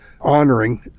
honoring